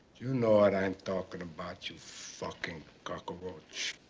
you know what i'm talking about you fucking cockroach.